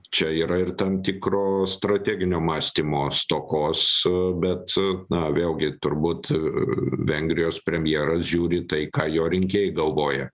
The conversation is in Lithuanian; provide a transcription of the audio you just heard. čia yra ir tam tikro strateginio mąstymo stokos bet na vėlgi turbūt vengrijos premjeras žiūri į tai ką jo rinkėjai galvoja